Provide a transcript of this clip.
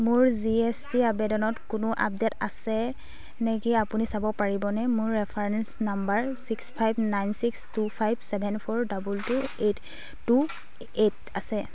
মোৰ G S T আবেদনত কোনো আপডেট আছে নেকি আপুনি চাব পাৰিবনে মোৰ reference number six five nine six two five seven four double two eight two eight আছে